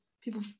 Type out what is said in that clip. people